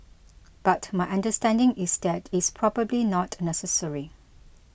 but my understanding is that it's probably not necessary